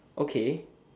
okay